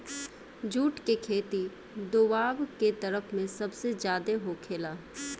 जुट के खेती दोवाब के तरफ में सबसे ज्यादे होखेला